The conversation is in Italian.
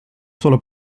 solo